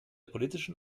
politischen